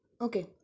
Okay